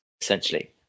essentially